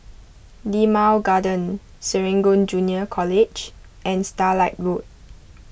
Limau Garden Serangoon Junior College and Starlight Road